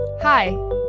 Hi